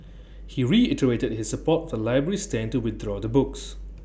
he reiterated his support the library's stand to withdraw the books